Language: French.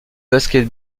basket